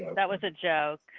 that was a joke.